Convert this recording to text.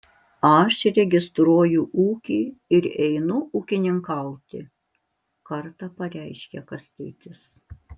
aš registruoju ūkį ir einu ūkininkauti kartą pareiškė kastytis